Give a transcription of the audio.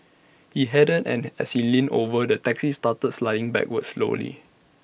he hadn't and as he leaned over the taxi started sliding backwards slowly